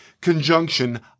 conjunction